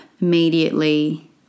immediately